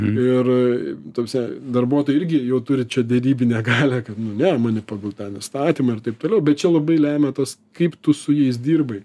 ir ta prasme darbuotojai irgi jau turi čia derybinę galią kad ne mane pagal ten įstatymą ir taip toliau bet čia labai lemia tas kaip tu su jais dirbai